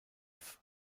life